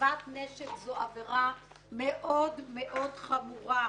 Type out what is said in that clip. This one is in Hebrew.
זו עבירה מאוד מאוד חמורה.